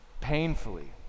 painfully